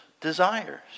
desires